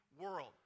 world